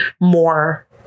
more